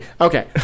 okay